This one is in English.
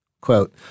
Quote